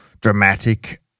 dramatic